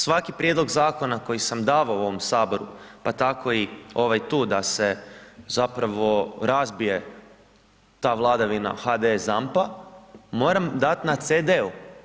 Svaki prijedlog zakona koji sam davao u ovom saboru pa tako i ovaj tu da se zapravo razbije ta vladavina HDS ZAMP-a moram dati na CD-u.